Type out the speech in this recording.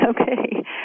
Okay